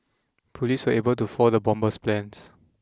police were able to foil the bomber's plans